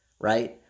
Right